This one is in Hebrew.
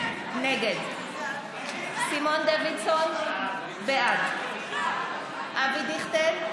נגד סימון דוידסון, בעד אבי דיכטר,